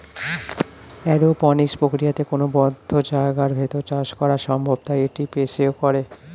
aeroponics প্রক্রিয়াতে কোনো বদ্ধ জায়গার ভেতর চাষ করা সম্ভব তাই এটি স্পেসেও করে